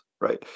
right